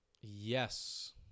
yes